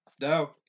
No